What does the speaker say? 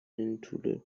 intruder